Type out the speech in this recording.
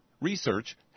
Research